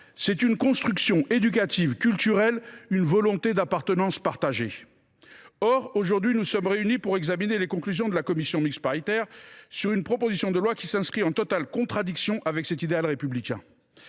c’est une construction éducative, culturelle, une volonté d’appartenance partagée. Or nous sommes aujourd’hui réunis pour examiner les conclusions de la commission mixte paritaire sur une proposition de loi en totale contradiction avec cet idéal républicain.